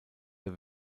der